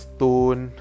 Stone